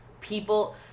people